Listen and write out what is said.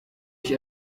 ich